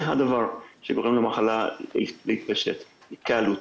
זה הדבר שגורם למחלה להתפשט, התקהלות.